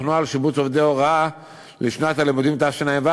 נוהל שיבוץ עובדי הוראה לשנת הלימודים תשע"ו,